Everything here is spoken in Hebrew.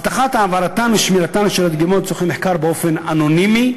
הבטחת העברתן ושמירתן של הדגימות לצורכי מחקר באופן אנונימי",